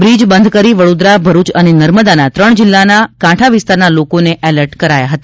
bridge બંધ કરી વડોદરા ભરૂચ અને નર્મદાના ત્રણ જિલ્લાના કાંઠા વિસ્તારના લોકો અને એલર્ટ કરાયા હતા